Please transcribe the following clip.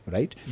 Right